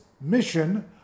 mission